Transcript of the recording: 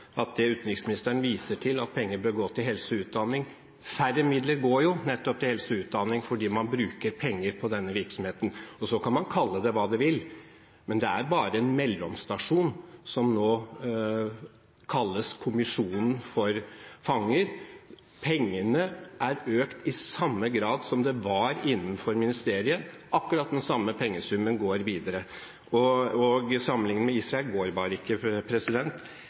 utenriksministeren viser til at penger bør gå til helse og utdanning – at færre midler går til nettopp helse og utdanning fordi man bruker penger på denne virksomheten. Man kan kalle det hva man vil, men det er bare en mellomstasjon som nå kalles Kommisjonen for fanger. Pengene er økt i samme grad som det var innenfor ministeriet, akkurat den samme pengesummen går videre. Sammenlikningen med Israel går bare ikke.